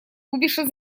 кубиша